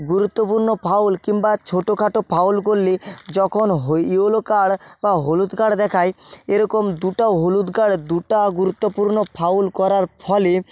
গুরুত্বপূর্ণ ফাউল কিম্বা ছোটোখাটো ফাউল করলে যখন হই ইয়োলো কার্ড বা হলুদ কার্ড দেখায় এরকম দুটা হলুদ কার্ড দুটা গুরুত্বপূর্ণ ফাউল করার ফলে